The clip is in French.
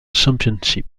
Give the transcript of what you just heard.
championship